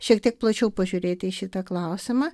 šiek tiek plačiau pažiūrėti į šitą klausimą